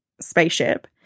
spaceship